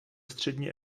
střední